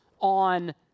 on